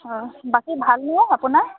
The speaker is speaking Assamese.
হয় বাকী ভাল নে আপোনাৰ